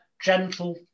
gentle